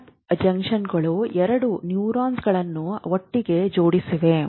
gap ಜಂಕ್ಷನ್ಗಳು Gap junctions ಎರಡು ನ್ಯೂರಾನ್ಗಳನ್ನು ಒಟ್ಟಿಗೆ ಜೋಡಿಸಿವೆ